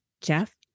Jeff